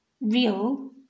real